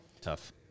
tough